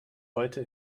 heute